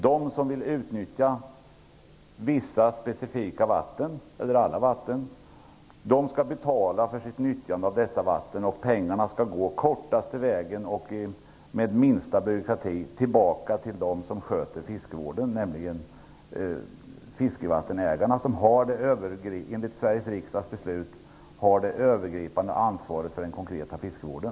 De som vill utnyttja vissa eller alla specifika vatten skall betala för sitt användande av dessa vatten, och pengarna skall gå kortaste vägen och med minsta byråkrati tillbaka till dem som sköter fiskevården, nämligen fiskevattenägarna, som enligt Sveriges riksdags beslut har det övergripande ansvaret för den konkreta fiskevården.